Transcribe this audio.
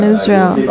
Israel